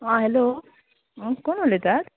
हां हॅलो हां कोण उलयतात